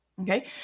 Okay